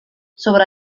sobre